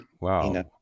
wow